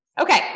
Okay